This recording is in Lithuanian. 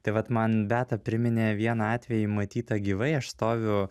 tai vat man beata priminė vieną atvejį matytą gyvai aš stoviu